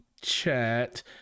chat